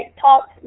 Talk